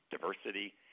diversity